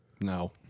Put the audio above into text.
no